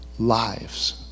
lives